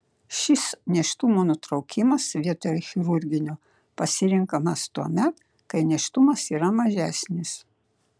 šis nėštumo nutraukimas vietoj chirurginio pasirenkamas tuomet kai nėštumas yra mažesnis